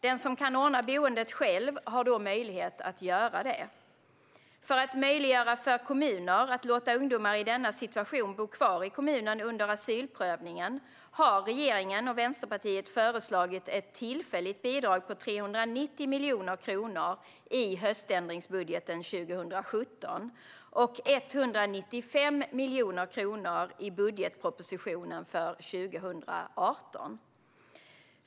Den som kan ordna boendet själv har möjlighet att göra det. För att möjliggöra för kommuner att låta ungdomar i denna situation bo kvar i kommunen under asylprövningen har regeringen och Vänsterpartiet föreslagit ett tillfälligt bidrag på 390 miljoner kronor i höständringsbudgeten 2017 och 195 miljoner kronor i budgetpropositionen för 2018.